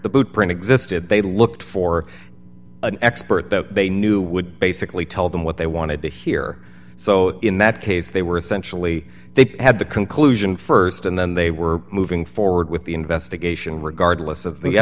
the boot print existed they looked for an expert that they knew would basically tell them what they wanted to hear so in that case they were essentially they had the conclusion st and then they were moving forward with the investigation regardless of the